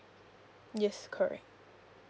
yes correct